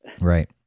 Right